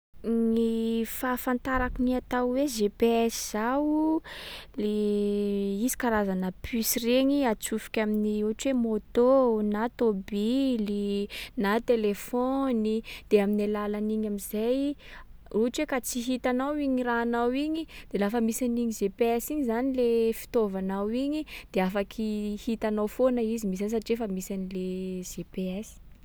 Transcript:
Gny fahafantarako ny atao hoe GPS zao, le izy karazana puce regny, atsofoky amin’ny ohatry hoe môtô, na tômbily, na telefaony. De amin’ny alalan’igny am’zay, ohatra hoe ka tsy hitanao igny raha anao igny, de lafa misy an’iny GPS iny zany le fitaovanao igny, de afaky hitanao foana izy am’zay satria fa misy an’le GPS.